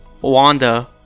Wanda